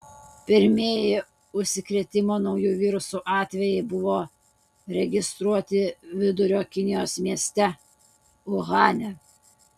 pirmieji užsikrėtimo nauju virusu atvejai buvo registruoti vidurio kinijos mieste uhane